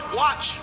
watch